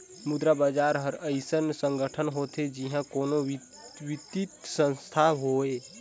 मुद्रा बजार हर अइसन संगठन होथे जिहां कोनो बित्तीय संस्थान होए